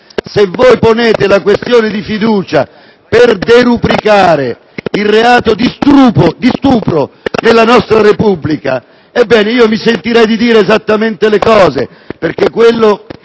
Se ponete la questione di fiducia per derubricare il reato di stupro nella nostra Repubblica, ebbene, mi sentirei di dire esattamente le stesse cose perché quello